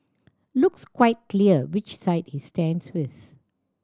looks quite clear which side he stands with